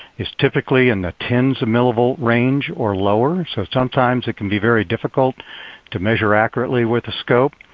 it's typically in the ten s of millivolts range or lower. so, sometimes, it can be very difficult to measure accurately with a scope.